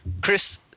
Chris